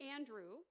Andrew